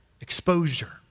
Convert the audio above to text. exposure